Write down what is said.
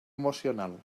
emocional